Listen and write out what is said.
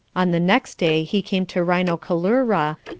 on the next day he came to rhinocolura,